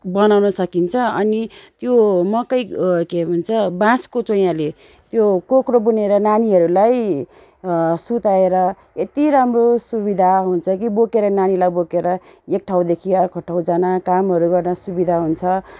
बनाउनु सकिन्छ अनि त्यो मकै के भन्छ बाँसको चोयाले यो कोक्रो बुनेर नानीहरूलाई सुताएर यति राम्रो सुविधा हुन्छ कि बोकेर नानीलाई बोकेर एक ठाउँदेखि अर्को ठाउँ जान कामहरू गर्न सुविधा हुन्छ